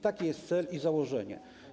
Taki jest cel, takie założenie.